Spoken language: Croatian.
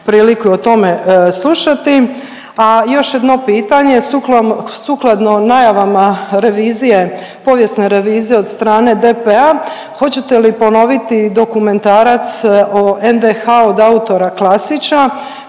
priliku i o tome slušati? A još jedno pitanje sukladno najavama revizije, povijesne revizije od strane DP-a hoćete li ponoviti i dokumentarac od NDH od autora Klasića